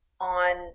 on